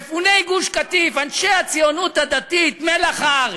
מפוני גוש-קטיף, אנשי הציונות הדתית, מלח הארץ.